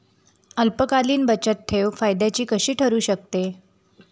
अल्पकालीन बचतठेव फायद्याची कशी ठरु शकते?